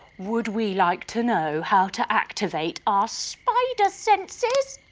would we like to know how to activate our spider senses?